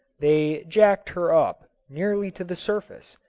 they jacked her up nearly to the surface,